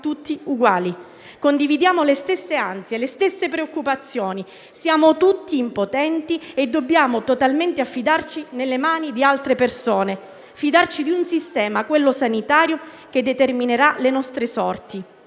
tutti uguali, condividiamo le stesse ansie e preoccupazioni, siamo tutti impotenti e dobbiamo totalmente affidarci nelle mani di altre persone e fidarci di un sistema, quello sanitario, che determinerà le nostre sorti.